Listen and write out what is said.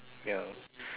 ya